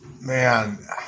Man